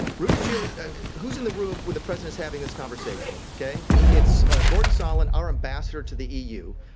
rudy giuliani who's in the room when the president's having this conversation, ok? it's ah gordon sondland, our ambassador to the eu,